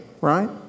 right